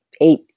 eight